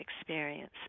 experience